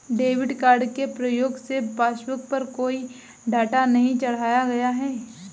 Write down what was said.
debit card के प्रयोग से पासबुक पर कोई डाटा नहीं चढ़ाया गया है